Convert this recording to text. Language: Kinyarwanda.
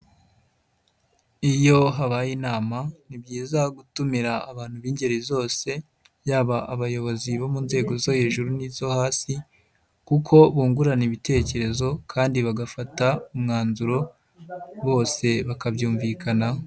Iyo habaye inama ni byiza gutumira abantu b'ingeri zose, yaba abayobozi bo mu nzego zo hejuru n'izo hasi kuko bungurana ibitekerezo kandi bagafata umwanzuro bose bakabyumvikanaho.